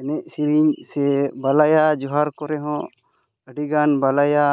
ᱮᱱᱮᱡ ᱥᱮᱨᱮᱧ ᱥᱮ ᱵᱟᱞᱟᱭᱟ ᱡᱚᱦᱟᱨ ᱠᱚᱨᱮ ᱦᱚᱸ ᱟᱹᱰᱤ ᱜᱟᱱ ᱵᱟᱞᱟᱭᱟ